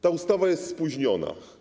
Ta ustawa jest spóźniona.